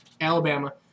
Alabama